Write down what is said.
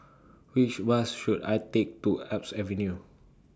Which Bus should I Take to Alps Avenue